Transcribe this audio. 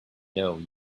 know